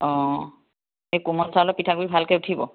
অঁ এই কোমল চাউলৰ পিঠাগুৰি ভালকৈ উঠিব